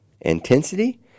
intensity